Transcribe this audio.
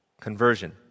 conversion